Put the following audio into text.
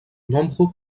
nombre